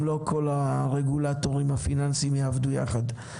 לא כל הרגולטורים הפיננסיים יעבדו יחד,